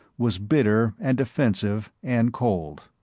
was bitter and defensive and cold.